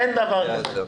אין דבר כזה.